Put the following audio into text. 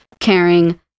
caring